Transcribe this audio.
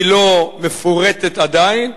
היא לא מפורטת עדיין.